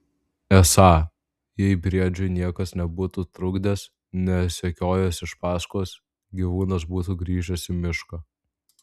esą jei briedžiui niekas nebūtų trukdęs nesekiojęs iš paskos gyvūnas būtų grįžęs į mišką